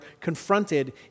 confronted